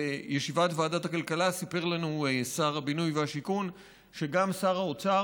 בישיבת ועדת הכלכלה סיפר לנו שר הבינוי והשיכון שגם שר האוצר